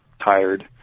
tired